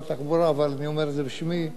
במשך שירותי הארוך בצבא,